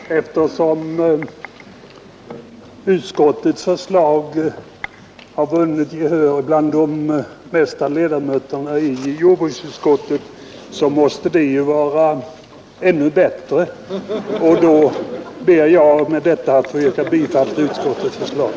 Herr talman! Eftersom utskottets förslag har vunnit gehör bland de flesta ledamöterna i jordbruksutskottet, måste det ju vara ännu bättre, och därför ber jag med detta att få yrka bifall till utskottets förslag.